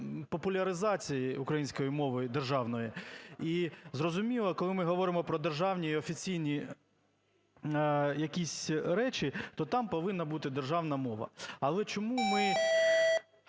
популяризації української мови державної. І зрозуміло, коли ми говоримо про державні офіційні якісь речі, то там повинна бути державна мова. Але чому цим